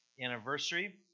anniversary